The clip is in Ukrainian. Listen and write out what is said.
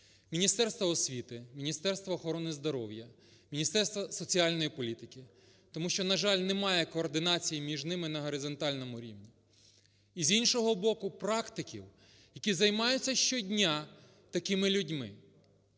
Міністерства освіти, Міністерства охорони здоров'я, Міністерства соціальної політики, тому що, на жаль, немає координації між ними на горизонтальному рівні. І, з іншого боку, практиків, які займаються щодня такими людьми.